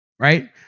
right